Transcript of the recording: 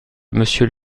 monsieur